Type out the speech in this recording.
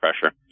pressure